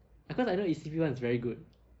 because I know E_C_P [one] is very good